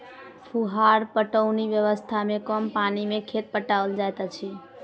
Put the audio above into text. फुहार पटौनी व्यवस्था मे कम पानि मे खेत पटाओल जाइत अछि